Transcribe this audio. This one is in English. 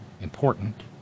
important